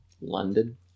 London